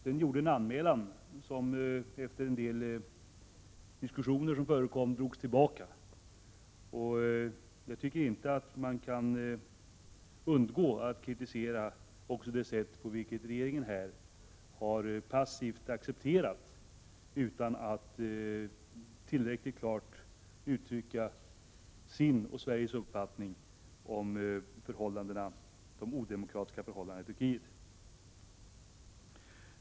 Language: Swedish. Den gjorde en anmälan som efter en del diskussioner drogs tillbaka. Jag tycker inte att man kan underlåta att kritisera också det sätt på vilket regeringen passivt har accepterat situationen i Turkiet utan att tillräckligt klart uttrycka sin och Sveriges uppfattning om de odemokratiska förhållandena där.